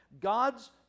God's